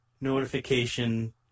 notification